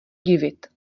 divit